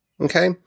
Okay